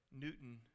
Newton